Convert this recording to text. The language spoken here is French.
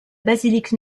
basilique